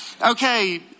Okay